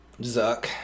Zuck